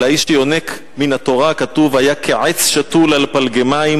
על האיש שיונק מן התורה כתוב: "היה כעץ שתול על פלגי מים